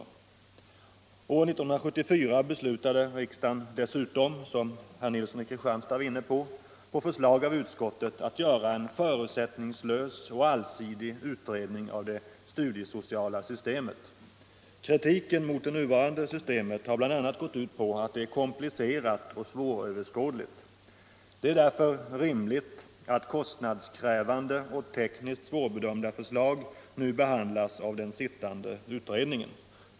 År 1974 beslutade riksdagen dessutom på förslag av utskottet — herr Nilsson i Kristianstad var inne på detta nyss — att göra en förutsättningslös och allsidig utredning av det studiesociala systemet. Kritiken mot det nuvarande systemet har bl.a. gått ut på att det är komplicerat och svåröverskådligt. Det är därför rimligt att kostnadskrävande och tekniskt svårbestämda förslag nu behandlas av den sittande utredningen.